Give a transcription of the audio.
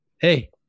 Hey